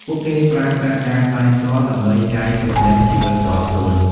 ពួកគេប្រើប្រាស់ការផ្សាយផ្ទាល់ ដើម្បីចែករំលែកជីវិតផ្ទាល់ខ្លួន។